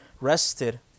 rested